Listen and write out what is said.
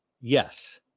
Yes